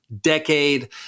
Decade